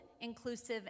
inclusive